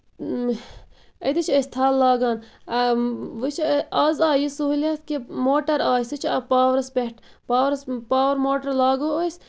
اۭں اتے چھِ أسۍ تھل لاگان اۭں وُچھ آز آیہِ یہِ سہوٗلیت کہِ موٹر آیہ سُہ چھِ پاورَس پٮ۪ٹھ پاورَس منٛز پاور موٹر لاگو أسۍ